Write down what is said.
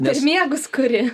per miegus kuri